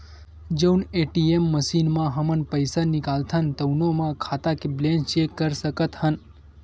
जउन ATM machine म हमन पइसा निकालथन तउनो म खाता के बेलेंस चेक कर सकत हन